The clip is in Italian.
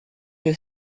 the